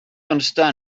understand